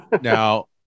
Now